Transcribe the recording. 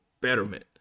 betterment